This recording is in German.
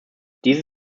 diese